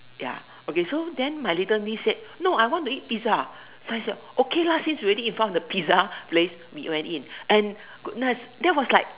ya okay so then my little niece said no I want to eat pizza so I said okay lah since we already in front of the pizza place we went in and goodness that was like